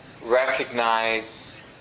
recognize